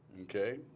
Okay